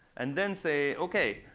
and then say, ok,